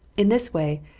in this way,